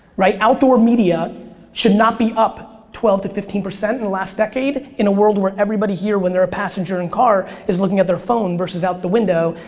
right? outdoor media should not be up twelve to fifteen percent in the last decade in a world where everybody here when they're a passenger in the car is looking at their phone versus out the window,